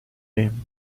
him